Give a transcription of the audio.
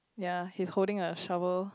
ya he's holding a shower